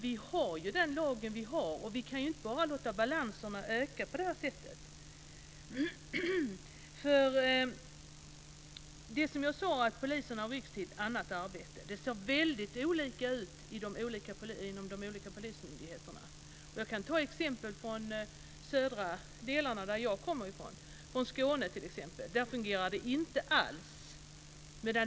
Vi har den lag vi har, och vi kan inte bara låta balanserna öka på det här sättet. Poliserna används till annat arbete. Det ser mycket olika ut i de olika polismyndigheterna. T.ex. fungerar det inte alls i de södra delarna där jag kommer från - i Skåne.